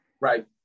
right